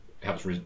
helps